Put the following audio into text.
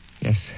Yes